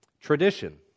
Tradition